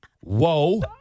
Whoa